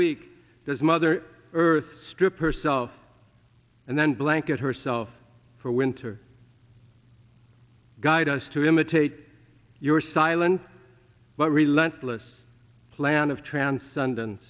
week this mother earth strip herself and then blanket herself for winter guide us to imitate your silent but reliant less plan of transcend